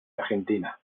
argentina